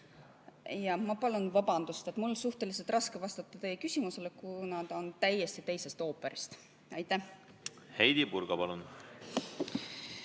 Ma palun vabandust, et mul on suhteliselt raske vastata teie küsimusele, kuna ta on täiesti teisest ooperist. Mul on selline